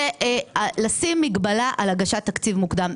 הוא לשים מגבלה על הגשת תקציב מוקדם.